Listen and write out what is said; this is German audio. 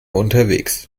unterwegs